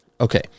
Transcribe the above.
Okay